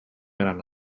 gran